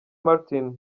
martin